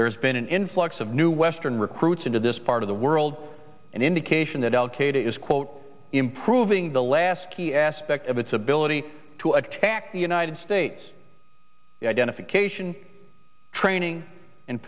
there has been an influx of new western recruits into this part of the world an indication that al qaeda is quote improving the last key aspect of its ability to attack the united states identification training